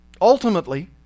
Ultimately